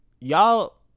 y'all